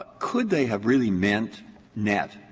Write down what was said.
could they have really meant net?